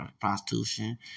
prostitution